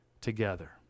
together